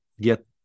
get